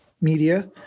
Media